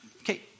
Okay